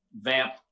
vamp